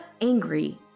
angry